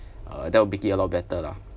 uh that would make it a lot better lah